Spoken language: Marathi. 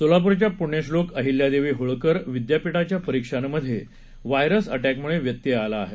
सोलापूरच्या पुण्यश्लोक अहिल्यादेवी होळकर विद्यापीठाच्या परीक्षांमध्ये व्हायरस अटक्मिळे व्यत्यय आला आहे